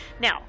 Now